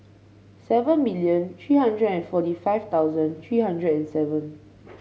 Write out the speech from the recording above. seven million three hundred forty five thousand three hundred and seven